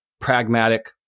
pragmatic